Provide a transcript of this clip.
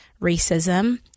racism